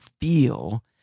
feel